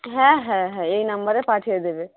হ্যাঁ হ্যাঁ হ্যাঁ এই নাম্বারে পাঠিয়ে দেবে